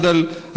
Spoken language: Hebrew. אחד על השני.